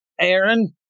Aaron